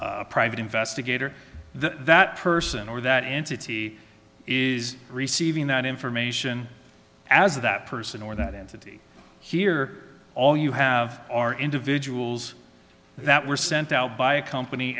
a private investigator that person or that entity is receiving that information as that person or that entity here all you have are individuals that were sent out by a company